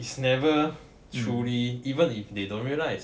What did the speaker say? is never truly even if they don't realize